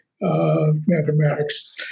mathematics